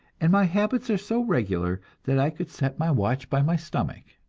and my habits are so regular that i could set my watch by my stomach.